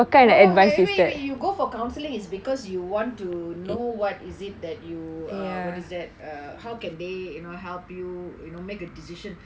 eh when you go for counseling is because you want to know what is it that you uh what is that err how can they you know help you you know make a decision